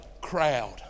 crowd